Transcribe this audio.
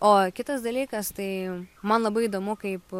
o kitas dalykas tai man labai įdomu kaip